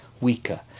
weaker